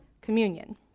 communion